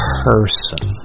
person